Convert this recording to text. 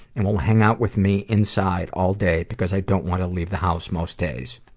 and will hang out with me inside all day, because i don't wanna leave the house most days.